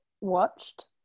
watched